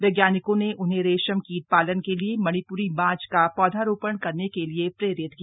वैज्ञानिकों ने उन्हें रेशम कीट पालन के लिए मणिप्री बांज का पौधारोपण करने के लिए प्रेरित किया